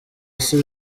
isi